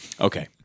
Okay